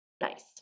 Nice